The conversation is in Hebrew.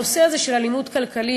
הנושא הזה של אלימות כלכלית,